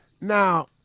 Now